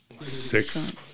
Six